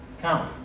Come